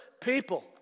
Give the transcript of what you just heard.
people